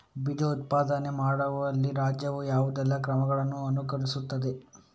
ಬೀಜ ಉತ್ಪಾದನೆ ಮಾಡುವಲ್ಲಿ ರಾಜ್ಯವು ಯಾವುದೆಲ್ಲ ಕ್ರಮಗಳನ್ನು ಅನುಕರಿಸುತ್ತದೆ?